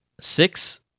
six